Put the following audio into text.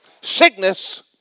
Sickness